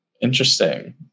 Interesting